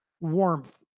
warmth